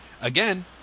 Again